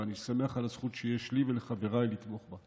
ואני שמח על הזכות שיש לי ולחבריי לתמוך בה.